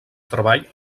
treball